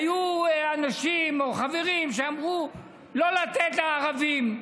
היו אנשים או חברים שאמרו: לא לתת לערבים,